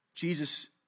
Jesus